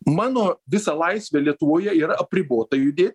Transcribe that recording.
mano visa laisvė lietuvoje yra apribota judėt